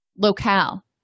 locale